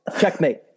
checkmate